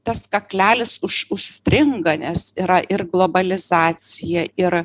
tas kaklelis uš užstringa nes yra ir globalizacija ir